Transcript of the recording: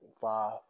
five